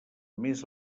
més